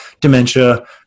dementia